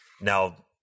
Now